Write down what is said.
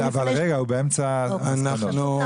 אבל רגע, הוא באמצע המסקנות.